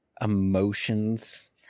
emotions